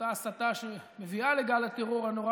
אותה הסתה שמביאה לגל הטרור הנורא